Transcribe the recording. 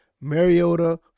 Mariota